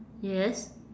yes